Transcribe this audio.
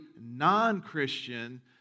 non-Christian